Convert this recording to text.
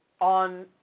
on